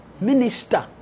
minister